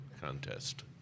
Contest